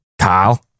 Kyle